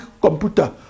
computer